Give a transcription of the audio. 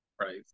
right